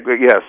Yes